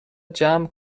جمع